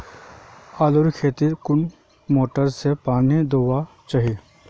आलूर खेतीत कुन मोटर से पानी दुबा चही?